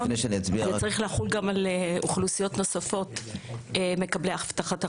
זה צריך לחול גם על אוכלוסיות נוספות מקבלי הבטחת הכנסה.